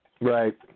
Right